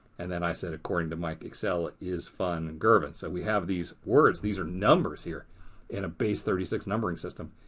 and then i said according to mike, excel is fun girvan. so we have these words. these are numbers here in a base thirty six numbering system.